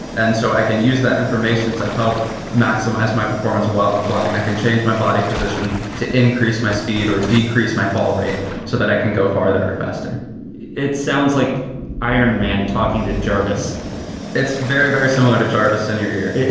and so i can use that information to help maximize my performance while i'm flying. i can change my body position to increase my speed or decrease my fall rate so that i can go farther or faster it sounds like iron man talking to jarvis it's very, very similar to jarvis in your ear.